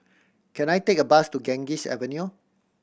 can I take a bus to Ganges Avenue